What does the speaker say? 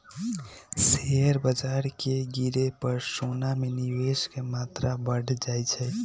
share बाजार के गिरे पर सोना में निवेश के मत्रा बढ़ जाइ छइ